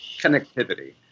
connectivity